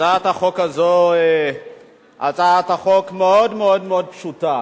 הצעת החוק הזו הצעת חוק מאוד מאוד מאוד פשוטה.